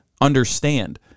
understand